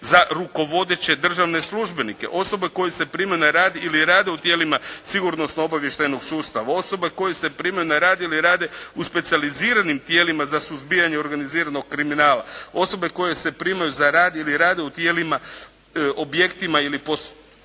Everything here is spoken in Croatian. za rukovodeće državne službenike, osobe koje se prime na rad ili rade u tijelima sigurnosno-obavještajnog sustava, osobe koje se prime na rad ili rade u specijaliziranim tijelima za suzbijanje organiziranog kriminala, osobe koje se primaju za rad ili rade u objektima ili postrojenjima